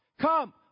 come